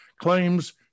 claims